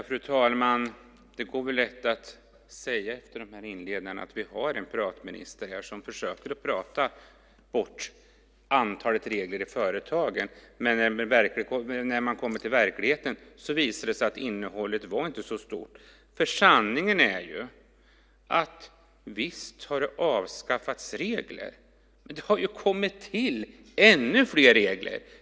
Fru talman! Det går lätt att säga efter den här inledningen att vi har en pratminister här som försöker att prata bort antalet regler i företagen, men när man kommer till verkligheten visar det sig att innehållet inte var så stort. För sanningen är att visst har det avskaffats regler, men det har ju kommit till ännu fler regler!